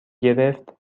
گرفت